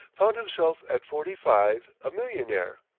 found himself at forty-five a millionaire.